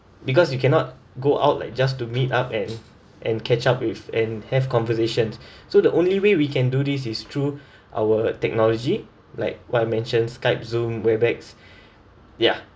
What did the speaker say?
because you cannot go out like just to meet up and and catch up with and have conversations so the only way we can do this is through our technology like what I mentioned skype zone where bags ya